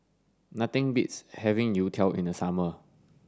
nothing beats having Youtiao in the summer